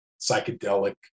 psychedelic